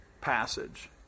passage